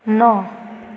नओ